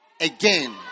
again